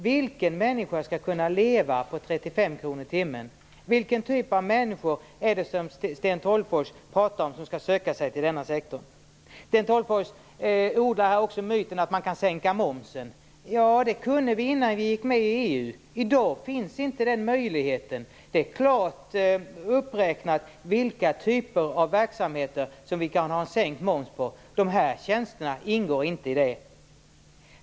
Vilken människa skall kunna leva på 35 kr i timmen? Vilken typ av människor är det som Sten Tolgfors menar skall söka sig till denna sektor? Sten Tolgfors odlar här också myten att man kan sänka momsen. Det kunde vi innan vi gick med i EU. I dag finns inte den möjligheten. Det finns klart uppräknat vilka typer av verksamheter vi kan ha sänkt moms på, och de här tjänsterna ingår inte i det.